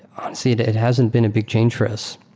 honestly, it it hasn't been a big change for us